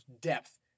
depth